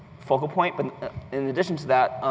focal point, but in addition to that,